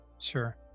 sure